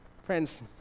Friends